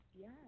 yes